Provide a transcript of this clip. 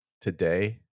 today